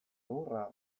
lurra